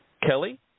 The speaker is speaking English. Kelly